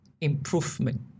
improvement